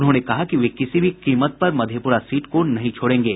उन्होंने कहा कि वे किसी भी कीमत पर मधेपुरा सीट को नहीं छोड़ेंगे